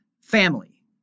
family